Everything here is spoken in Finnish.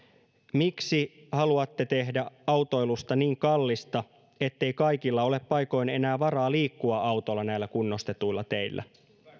miksi haluatte tehdä autoilusta niin kallista ettei kaikilla ole paikoin enää varaa liikkua autolla näillä kunnostetuilla teillä